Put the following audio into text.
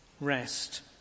rest